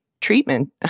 treatment